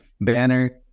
banner